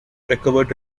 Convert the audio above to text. recovered